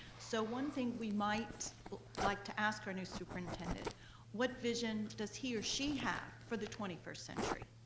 so one thing we might like to ask our new superintendent what vision does he or she have for the twenty first century.